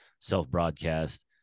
self-broadcast